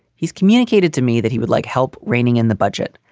he's communicated to me that he would like help reining in the budget.